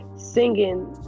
singing